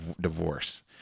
divorce